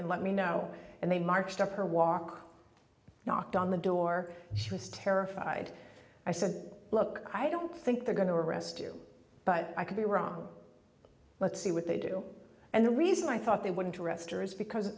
and let me know and they marched up her walk knocked on the door she was terrified i said look i don't think they're going to arrest you but i could be wrong let's see what they do and the reason i thought they wouldn't arrest or is because